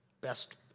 Best